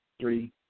three